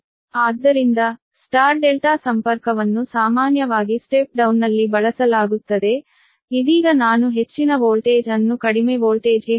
ಆದ್ದರಿಂದ star delta ಸಂಪರ್ಕವನ್ನು ಸಾಮಾನ್ಯವಾಗಿ ಸ್ಟೆಪ್ ಡೌನ್ನಲ್ಲಿ ಬಳಸಲಾಗುತ್ತದೆ ಇದೀಗ ನಾನು ಹೆಚ್ಚಿನ ವೋಲ್ಟೇಜ್ ಅನ್ನು ಕಡಿಮೆ ವೋಲ್ಟೇಜ್ಗೆ ಹೇಳಿದೆ